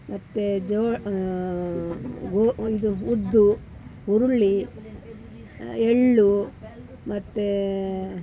ಮತ್ತು ಜೋ ಗೋ ಇದು ಉದ್ದು ಹುರುಳಿ ಎಳ್ಳು ಮತ್ತೆ